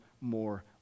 more